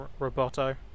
Roboto